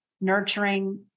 nurturing